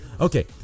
Okay